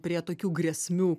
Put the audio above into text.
prie tokių grėsmių